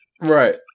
right